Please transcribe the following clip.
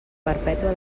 perpètua